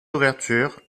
d’ouverture